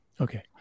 Okay